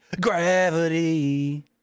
Gravity